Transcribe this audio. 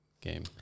game